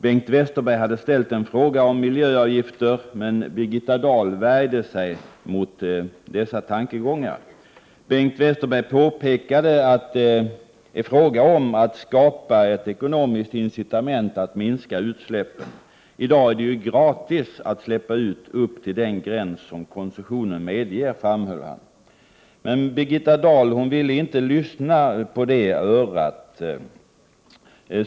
Bengt Westerberg hade ställt en fråga om miljöavgifter, men Birgitta Dahl värjde sig mot dessa tankegångar. Bengt Westerberg påpekade att det är fråga om att skapa ett ekonomiskt incitament för att minska utsläppen. I dag är det ju gratis att släppa ut upp till den gräns som koncessionen medger, framhöll han. Men Birgitta Dahl ville inte lyssna på det örat.